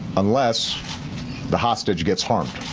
unless the hostage gets hard